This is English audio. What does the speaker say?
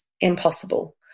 impossible